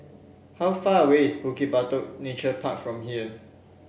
how far away is Bukit Batok Nature Park from here